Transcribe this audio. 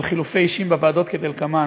על חילופי אישים בוועדות כדלקמן: